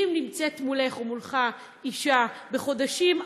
ואם נמצאת מולךְ או מולךָ אישה בחודשים,